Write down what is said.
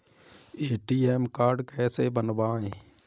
ATM card कैसे बनवाएँ?